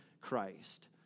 Christ